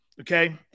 okay